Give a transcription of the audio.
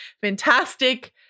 fantastic